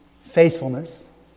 faithfulness